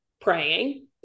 praying